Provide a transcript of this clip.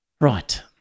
Right